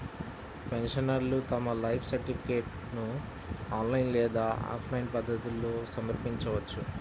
పెన్షనర్లు తమ లైఫ్ సర్టిఫికేట్ను ఆన్లైన్ లేదా ఆఫ్లైన్ పద్ధతుల్లో సమర్పించవచ్చు